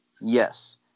yes